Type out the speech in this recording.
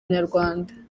nyarwanda